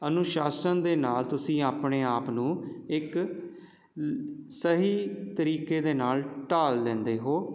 ਅਨੁਸ਼ਾਸਨ ਦੇ ਨਾਲ਼ ਤੁਸੀਂ ਆਪਣੇ ਆਪ ਨੂੰ ਇੱਕ ਸਹੀ ਤਰੀਕੇ ਦੇ ਨਾਲ਼ ਢਾਲ ਲੈਂਦੇ ਹੋ